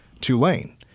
Tulane